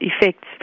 effects